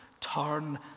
turn